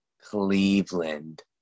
Cleveland